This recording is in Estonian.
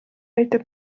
aitab